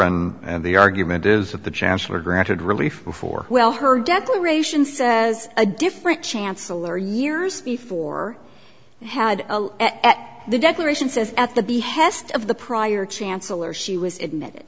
and the argument is that the chancellor granted relief before well her declaration says a different chancellor years before had at the declaration says at the behest of the prior chancellor she was in it